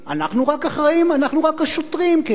אנחנו רק אחראים, אנחנו רק השוטרים כאילו,